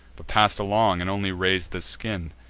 but pass'd along, and only raz'd the skin.